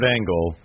Angle